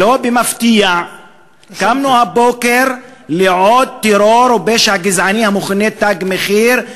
ולא במפתיע קמנו הבוקר לעוד טרור ופשע גזעני המכונה "תג מחיר",